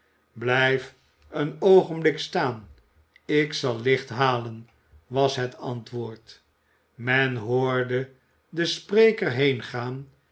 een oogenbük staan ik zal licht halen was het antwoord men hoorde den spreker